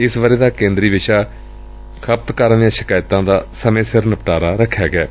ਇਸ ਵਰ੍ਰੇ ਦਾ ਕੇਦਰੀ ਵਿਸ਼ਾ ਖਪਤਕਾਰਾਂ ਦੀਆਂ ਸ਼ਿਕਾਇਤਾਂ ਦਾ ਸਮੇ ਸਿਰ ਨਿਪਟਾਰਾ ਰਖਿਆਂ ਗਿਐ